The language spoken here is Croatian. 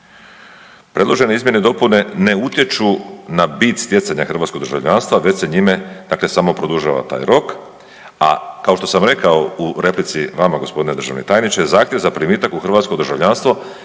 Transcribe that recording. Predložene izmjene i dopune ne utječu na bit stjecanja hrvatskog državljanstva već se njime dakle samo produžava taj rok, a kao što sam rekao u replici vama, g. državni tajniče, zahtjev za primitak u hrvatsko državljanstvo